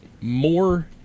more